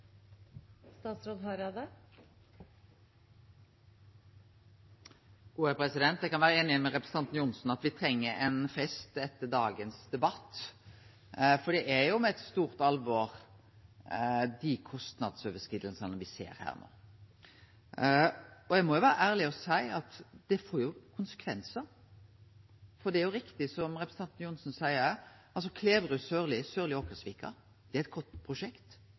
Eg kan vere einig med representanten Johnsen i at me treng ein fest etter dagens debatt, for det er med stort alvor me no ser desse kostnadsoverskridingane. Eg må vere ærleg å seie at det får konsekvensar. Det er riktig som representanten Johnsen seier, Kleverud–Sørli og Sørli–Åkersvika er eit godt prosjekt. Det kjem til å kome. Eg kan kome med ein lekkasje allereie no: Jernbanen blir budsjettvinnar i